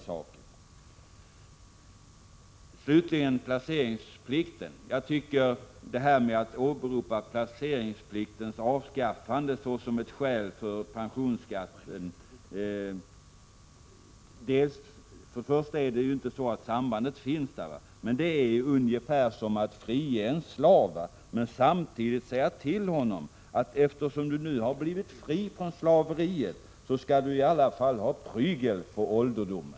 Vad slutligen gäller placeringsplikten är det fel att åberopa dennas avskaffande som ett skäl för pensionsskatten. Det finns inget sådant samband. Det är ungefär som att samtidigt som man friger en slav säga: Eftersom du nu har blivit fri från slaveriet, skall du i alla fall ha prygel på ålderdomen.